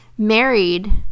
married